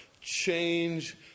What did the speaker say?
change